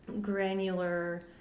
granular